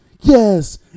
yes